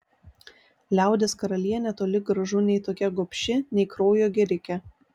liaudies karalienė toli gražu nei tokia gobši nei kraujo gėrike